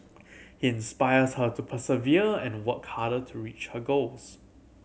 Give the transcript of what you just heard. he inspires her to persevere and work harder to reach her goals